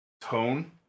tone